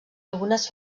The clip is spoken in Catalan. algunes